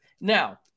Now